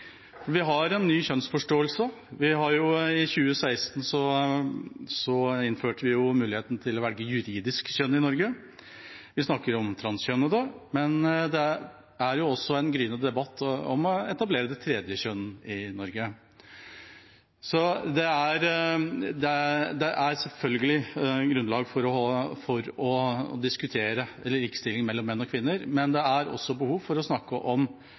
Vi har en ny kjønnsforståelse. I 2016 innførte vi jo muligheten til å velge juridisk kjønn i Norge, vi snakker om transkjønnede. Men det er også en gryende debatt om å etablere et tredje kjønn i Norge. Det er selvfølgelig grunnlag for å diskutere likestilling mellom menn og kvinner, men det er også behov for å snakke om